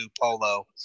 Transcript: polo